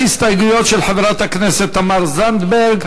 יש הסתייגויות של חברת הכנסת תמר זנדברג.